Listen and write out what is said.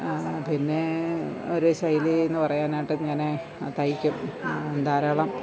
പിന്നെ ഒരു ശൈല എന്നു പറയാനായിട്ട് ഞാനെ തയ്ക്കും ധാരാളം